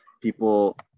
people